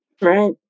Right